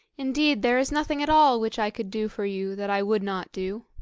indeed there is nothing at all which i could do for you that i would not do.